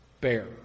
bear